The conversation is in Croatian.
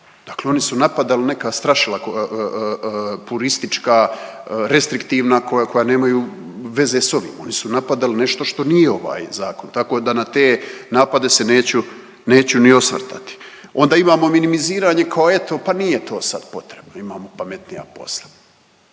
dakle oni su napadali neka strašila puristička, restriktivna koja nemaju veze s ovim, oni su napadali nešto što nije ovaj zakon tako da na te napade se neću ni osvrtati. Onda imamo i minimiziranje kao eto pa nije to sad potrebno imamo pametnija posla,